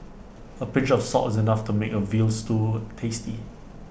A pinch of salt is enough to make A Veal Stew tasty